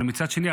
אבל מצד שני,